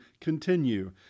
continue